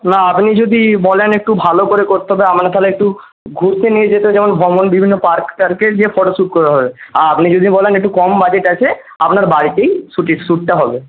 না আপনি যদি বলেন একটু ভালো করে করতে হবে আমরা তাহলে একটু ঘুরতে নিয়ে যেতে যেমন ভ্রমণ বিভিন্ন পার্ক টার্কে গিয়ে ফটোশ্যুট করা হবে আর আপনি যদি বলেন একটু কম বাজেট আছে আপনার বাড়িতেই শ্যুটি শ্যুটটা হবে